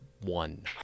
one